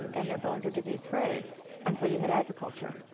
and their bones are disease-free until you hit agriculture.